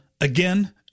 again